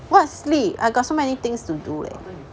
what sleep I got so many things to do leh